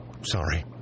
Sorry